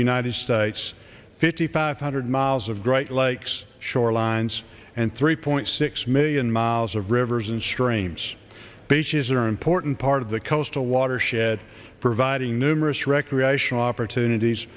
united states fifty five hundred miles of great lakes shorelines and three point six million miles of rivers and streams bases are important part of the coastal watershed providing numerous recreational opportunities